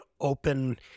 open